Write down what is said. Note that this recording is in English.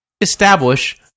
Establish